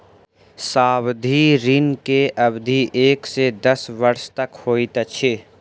सावधि ऋण के अवधि एक से दस वर्ष तक होइत अछि